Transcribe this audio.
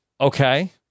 Okay